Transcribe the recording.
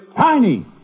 Tiny